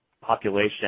population